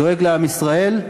דואג לעם ישראל.